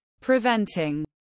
Preventing